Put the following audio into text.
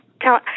tell